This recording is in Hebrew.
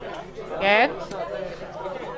נמשיך.